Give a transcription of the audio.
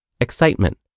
Excitement